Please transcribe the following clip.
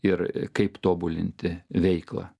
ir kaip tobulinti veiklą